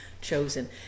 chosen